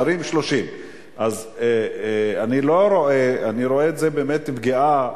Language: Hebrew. שרים, 30. אני רואה בזה באמת פגיעה.